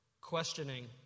questioning